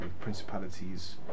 principalities